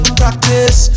practice